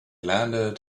landed